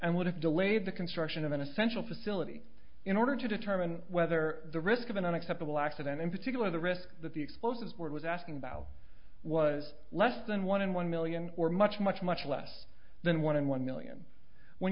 and would have delayed the construction of an essential facility in order to determine whether the risk of an unacceptable accident in particular the risk that the explosives were was asking about was less than one in one million or much much much less than one in one million when